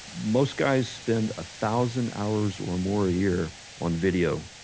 most guys spend a thousand hours or more a year on video